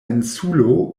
insulo